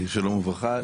שלום וברכה.